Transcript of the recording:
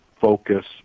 focus